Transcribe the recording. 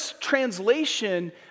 translation